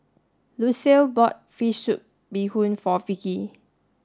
Lucile bought fish soup bee Hoon for Vicki